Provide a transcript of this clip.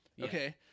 Okay